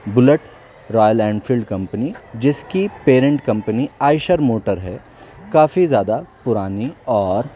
Bullet royal Enfield company جس کی parent company Eicher motor ہے کافی زیادہ پرانی اور